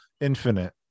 infinite